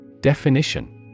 Definition